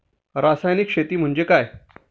रासायनिक शेती म्हणजे काय?